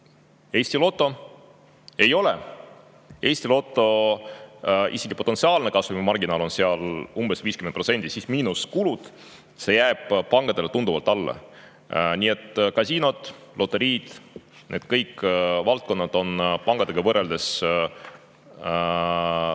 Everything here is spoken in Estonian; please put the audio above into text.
Eesti Loto ei ole. Eesti Loto potentsiaalne kasumimarginaal on umbes 50%, miinus kulud. See jääb pankadele tunduvalt alla. Nii et kasiinod, loteriid – kõik need valdkonnad on pankadega võrreldes vähem